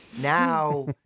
now